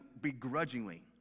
begrudgingly